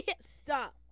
Stop